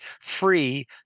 free